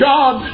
God